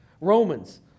Romans